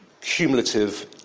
cumulative